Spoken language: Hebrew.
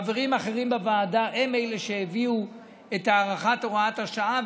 החברים האחרים בוועדה הם שהביאו את הארכת הוראת השעה,